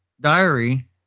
diary